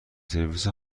سرویس